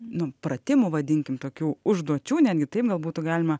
nu pratimų vadinkim tokių užduočių netgi taip gal būtų galima